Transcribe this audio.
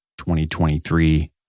2023